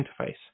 interface